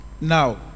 Now